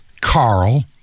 Carl